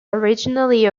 originally